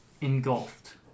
engulfed